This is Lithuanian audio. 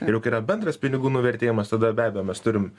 ir jau kai yra bendras pinigų nuvertėjimas tada be abejo mes turim